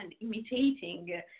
imitating